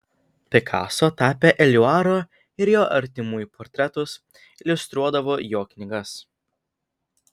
pikaso tapė eliuaro ir jo artimųjų portretus iliustruodavo jo knygas